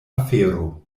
afero